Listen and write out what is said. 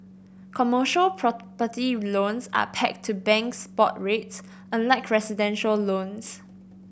commercial property loans are pegged to banks' board rates unlike residential loans